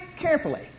carefully